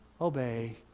obey